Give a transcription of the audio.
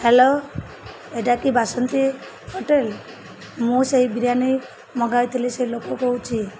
hello ଏଟା କି Basanti hotel ମୁଁ ସେଇ ବିରିୟାନୀ ମଗାଇଥିଲି ସେ ଲୋକ କହୁଛି